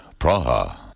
Praha